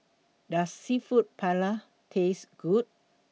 Does Seafood Paella Taste Good